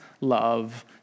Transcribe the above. love